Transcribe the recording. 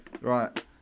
Right